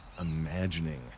imagining